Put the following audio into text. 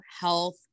health